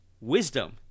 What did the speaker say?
Wisdom